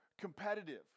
competitive